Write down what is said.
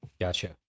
gotcha